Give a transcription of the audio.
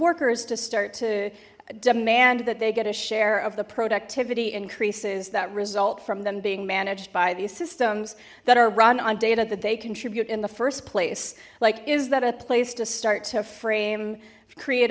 workers to start to demand that they get a share of the productivity increases that result from them being managed by these systems that are run on data that they contribute in the first place like is that a place to start to frame create